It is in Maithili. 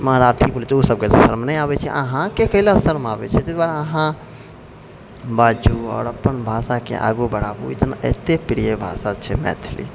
मराठी बोलैत छै ओ सबके तऽ शरम नहि आबैत छै अहाँकेँ कथी लेल शरम आबैत छै ताहि दुआरे अहाँ बाजु आओर अपन भाषाके आगू बढ़ाबू जहन एते प्रिय भाषा छै मैथिली